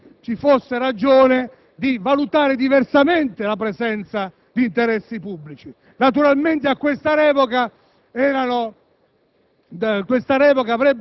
ovvero nel caso in cui vi fosse ragione di valutare diversamente la presenza di interessi pubblici. Naturalmente, questa revoca avrebbe